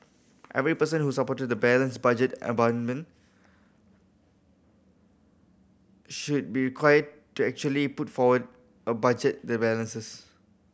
every person who supported the balanced budget amendment should be required to actually put forward a budget the balances